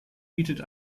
bietet